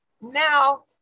now